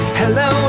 hello